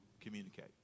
communicate